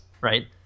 Right